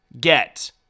get